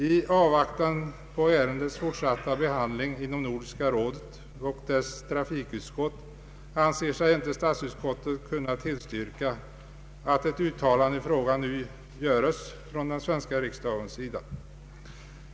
I avvaktan på ärendets fortsatta behandling inom Nordiska rådet och dess trafikutskott anser sig statsutskottet inte kunna tillstyrka att ett uttalande i frågan nu görs av den svenska riksdagen.